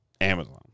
Amazon